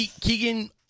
Keegan